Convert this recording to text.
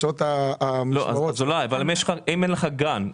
אם אין גן,